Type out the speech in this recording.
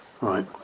Right